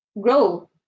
grow